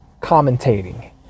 commentating